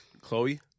Chloe